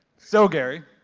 so, gary,